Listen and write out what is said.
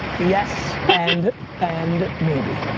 yes and and maybe.